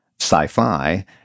sci-fi